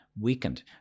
weakened